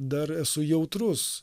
dar esu jautrus